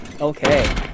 Okay